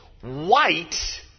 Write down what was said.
white